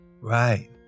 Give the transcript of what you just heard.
Right